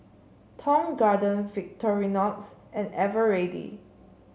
Tong Garden Victorinox and Eveready